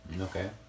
Okay